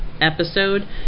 episode